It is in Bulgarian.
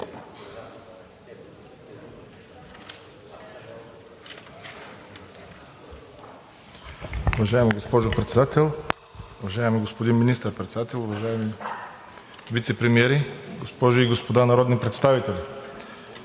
Уважаема госпожо Председател, уважаеми господин Министър-председател, уважаеми вицепремиери, госпожи и господа народни представители!